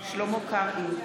שלמה קרעי,